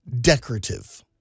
decorative